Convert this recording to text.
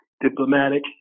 Diplomatic